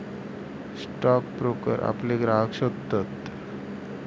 stock broker आपले ग्राहक शोधतत